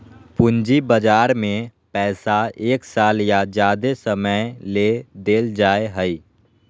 पूंजी बजार में पैसा एक साल या ज्यादे समय ले देल जाय हइ